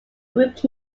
group